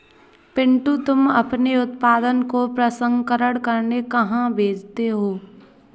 पिंटू तुम अपने उत्पादन को प्रसंस्करण करने कहां भेजते हो?